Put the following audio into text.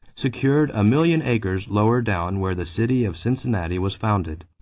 secured a million acres lower down where the city of cincinnati was founded.